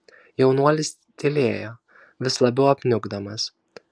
jaunuolis tylėjo vis labiau apniukdamas